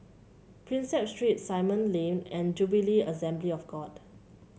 Prinsep Street Simon Lane and Jubilee Assembly of God